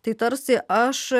tai tarsi aš